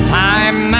time